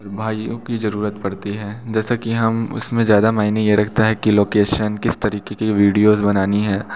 भाइयों की ज़रूरत पड़ती हैं जैसा कि हम उसमें ज़्यादा मायने ये रखता है कि लोकैशन किस तरीक़े की वीडियोज़ बनानी है